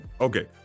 Okay